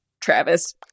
Travis